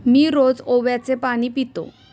मी रोज ओव्याचे पाणी पितो